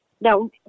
Now